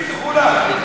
היא תחולק,